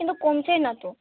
কিন্তু কমছেই না তো